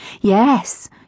Yes